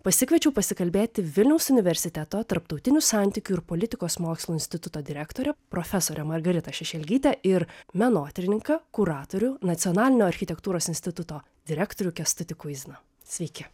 pasikviečiau pasikalbėti vilniaus universiteto tarptautinių santykių ir politikos mokslų instituto direktorę profesorę margaritą šešelgytę ir menotyrininką kuratorių nacionalinio architektūros instituto direktorių kęstutį kuiziną sveiki